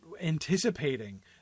Anticipating